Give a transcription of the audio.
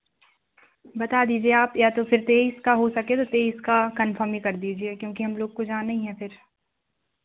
बता दीजिए आप या तो फिर तेइस का हो सके हो तो तेइस का कन्फर्म ही कर दीजिए क्योंकि हम लोग को जाना ही है फिर